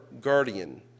guardian